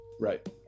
Right